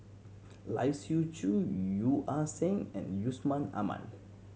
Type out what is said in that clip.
Lai Siu Chiu Yeo Ah Seng and Yusman Aman